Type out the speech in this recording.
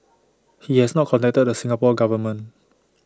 he has not contacted the Singapore Government